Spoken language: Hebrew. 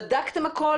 האם בדקתם הכול